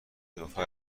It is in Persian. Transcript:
قیافه